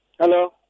Hello